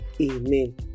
amen